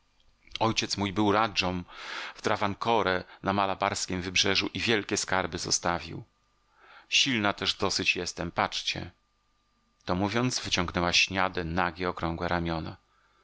ojciec mój był radżą w travancore na malabarskiem wybrzeżu i wielkie skarby zostawił silna też dosyć jestem patrzcie to mówiąc wyciągnęła śniade nagie okrągłe ramiona